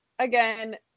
Again